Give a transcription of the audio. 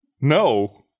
No